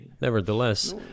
Nevertheless